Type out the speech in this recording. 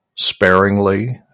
sparingly